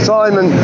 Simon